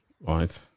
Right